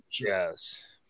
Yes